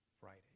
Friday